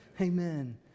Amen